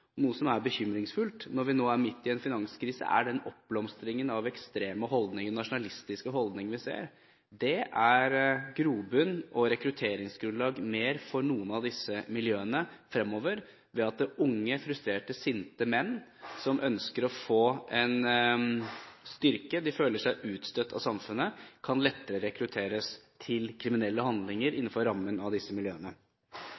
noe som er bekymringsfullt. Når vi nå er midt i en finanskrise, er den oppblomstringen av ekstreme og nasjonalistiske holdninger vi ser, grobunn og rekrutteringsgrunnlag for noen av disse miljøene fremover ved at unge, frustrerte, sinte menn som ønsker å få en styrke, som føler seg utstøtt av samfunnet, lettere kan rekrutteres til kriminelle handlinger